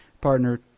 partner